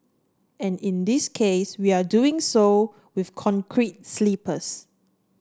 and in this case we are doing so with concrete sleepers